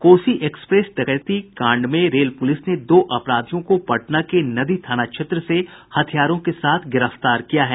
Kosi express डकैती कांड में रेल पुलिस ने दो अपराधियों को पटना के नदी थाना क्षेत्र से हथियारों के साथ गिरफ्तार किया है